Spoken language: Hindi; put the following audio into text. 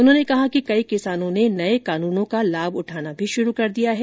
उन्होंने कहा कि कई किसानों ने नए कानूनों का लाभ उठाना शुरू कर दिया है